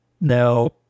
now